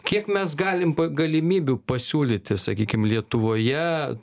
kiek mes galim galimybių pasiūlyti sakykim lietuvoje